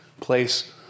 place